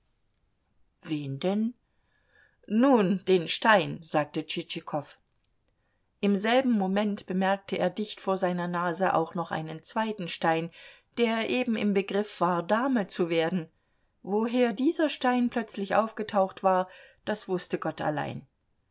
wen denn nun den stein sagte tschitschikow im selben moment bemerkte er dicht vor seiner nase auch noch einen zweiten stein der eben im begriff war dame zu werden woher dieser stein plötzlich aufgetaucht war das wußte gott allein